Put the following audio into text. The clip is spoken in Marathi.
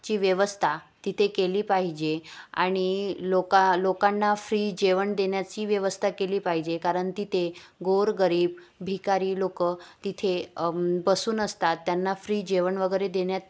ची व्यवस्था तिथे केली पाहिजे आणि लोका लोकांना फ्री जेवण देण्याची व्यवस्था केली पाहिजे कारण तिथे गोर गरीब भिकारी लोकं तिथे बसून असतात त्यांना फ्री जेवण वगैरे देण्यात